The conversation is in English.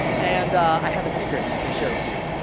and i have a secret to share with you.